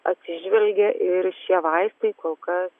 atsižvelgė ir šie vaistai kol kas